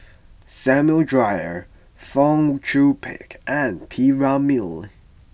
Samuel Dyer Fong Chong Pik and P Ramlee